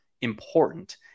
important